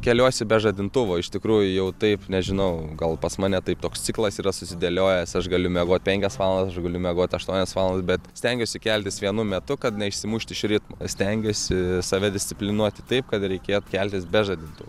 keliuosi be žadintuvo iš tikrųjų jau taip nežinau gal pas mane taip toks ciklas yra susidėliojęs aš galiu miegot penkias valandas aš galiu miegot aštuonias valandas bet stengiuosi keltis vienu metu kad neišsimušti iš ritmo stengiuosi save disciplinuoti taip kad reikėt keltis be žadintuvo